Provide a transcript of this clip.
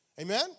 Amen